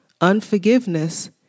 Unforgiveness